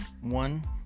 one